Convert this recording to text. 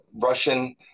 Russian